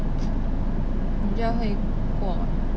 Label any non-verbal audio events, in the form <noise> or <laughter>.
<noise> 你觉得会过吗